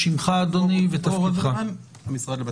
אור רוזנמן, מהמשרד לבט"פ.